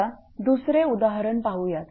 आता दुसरे उदाहरण पाहूयात